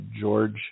George